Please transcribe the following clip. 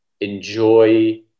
enjoy